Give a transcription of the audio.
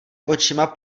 očima